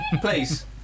Please